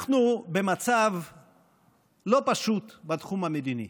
אנחנו במצב לא פשוט בתחום המדיני.